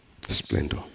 splendor